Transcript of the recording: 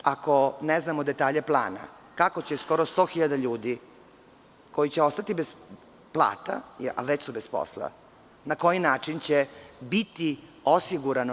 Ako ne znamo detalje plana i kako će skoro 100.000 ljudi koji će ostati bez plata, a već su bez posla, na koji način će biti osigurani?